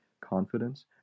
confidence